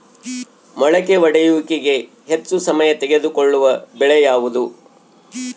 ಮೊಳಕೆ ಒಡೆಯುವಿಕೆಗೆ ಹೆಚ್ಚು ಸಮಯ ತೆಗೆದುಕೊಳ್ಳುವ ಬೆಳೆ ಯಾವುದು?